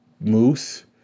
Moose